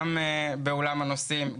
גם באולם הנוסעים,